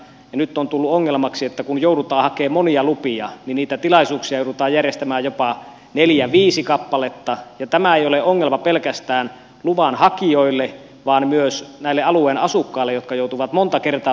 nyt on tullut ongelmaksi se että kun joudutaan hakemaan monia lupia niin niitä tilaisuuksia joudutaan järjestämään jopa neljä viisi kappaletta ja tämä ei ole ongelma pelkästään luvan hakijoille vaan myös näille alueen asukkaille jotka joutuvat monta kertaa tulemaan kokoon